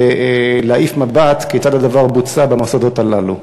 להעיף מבט כיצד הדבר בוצע במוסדות הללו.